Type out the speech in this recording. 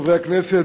חברי כנסת,